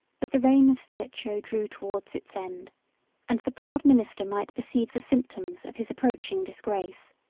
but the reign of stilicho drew towards its end and the proud minister might perceive the symptoms of his approaching disgrace.